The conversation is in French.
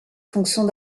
fonctions